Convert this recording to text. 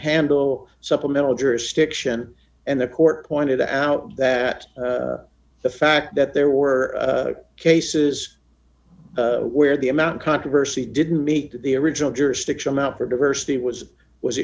handle supplemental jurisdiction and the court pointed out that the fact that there were cases where the amount controversy didn't meet the original jurisdiction amount for diversity was was